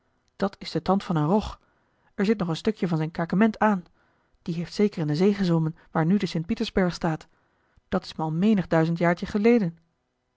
dat is de tand van een rog er zit nog een stuk van zijn kakement aan die heeft zeker in de zee gezwommen waar nu de st pietersberg staat dat is me al menig duizend jaartje geleden